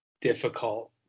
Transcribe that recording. difficult